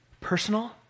Personal